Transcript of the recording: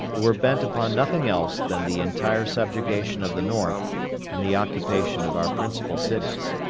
who were bent upon nothing else than the entire subjugation of the north and the occupation of our principal cities.